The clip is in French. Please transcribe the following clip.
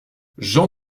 jean